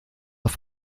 auf